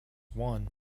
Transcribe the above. won